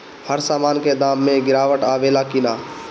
हर सामन के दाम मे गीरावट आवेला कि न?